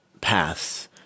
paths